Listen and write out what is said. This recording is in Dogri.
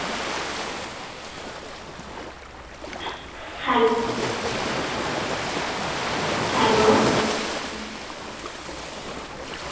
हे हैलो